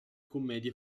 commedie